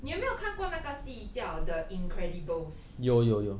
你有没有看过那个戏叫 the incredibles